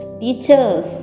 teachers